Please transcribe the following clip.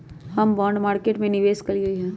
हम bond market में निवेश कलियइ ह